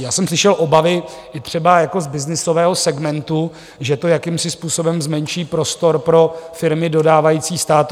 Já jsem slyšel obavy i třeba z byznysového segmentu, že to jakýmsi způsobem zmenší prostor pro firmy dodávající státu.